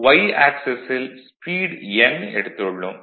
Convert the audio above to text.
Y ஆக்சிஸில் speed n எடுத்துள்ளோம்